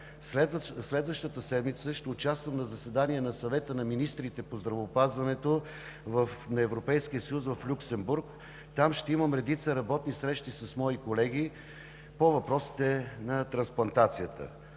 Следващата седмица ще участвам на заседание на Съвета на министрите по здравеопазването на Европейския съюз в Люксембург. Там ще имам редица работни срещи с мои колеги по въпросите на трансплантацията.